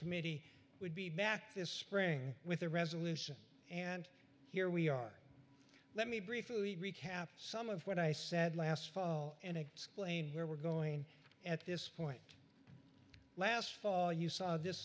committee would be back this spring with a resolution and here we are let me briefly recap some of what i said last fall and explain where we're going at this point last fall you saw this